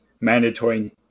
Mandatory